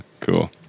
Cool